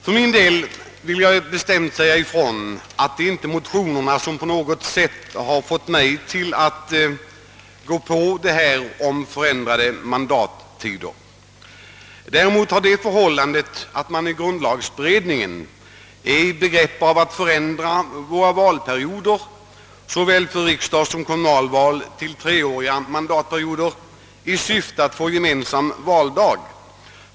För min del vill jag bestämt säga ifrån att det inte alls är motionerna som har fått mig att gå med på förslaget om en utredning angående ändrade mandattider, utan vad som föranlett mig att biträda utskottets mening är det förhållandet att man i grundlagberedningen är i färd med att ändra valperioderna såväl för riksdagssom kommunalval till treåriga i syfte att få gemensam valdag.